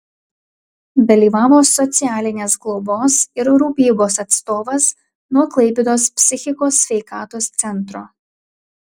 dalyvavo socialinės globos ir rūpybos atstovas nuo klaipėdos psichikos sveikatos centro